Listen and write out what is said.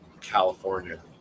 california